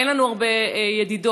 אין לנו הרבה ידידות